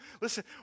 Listen